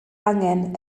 angen